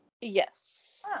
Yes